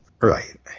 Right